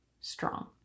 strong